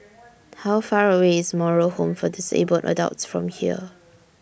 How Far away IS Moral Home For Disabled Adults from here